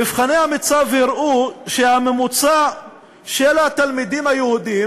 מבחני המיצ"ב הראו שהממוצע של התלמידים היהודים